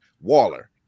Waller